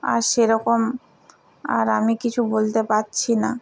আর সেরকম আর আমি কিছু বলতে পারছি না